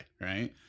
right